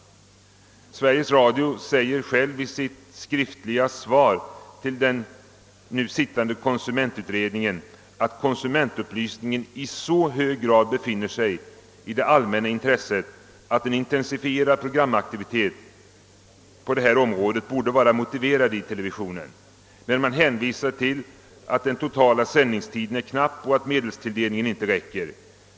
Sveriges Radio säger i sitt skriftliga svar till konsumentutredningen, att konsumentupplysningen i så hög grad befinner sig i det allmänna intresset att en intensifierad programaktivitet på detta område borde vara motiverad i televisionen. Men man hänvisar till att den totala sändningstiden är knapp och att medelstilldelningen inte räcker.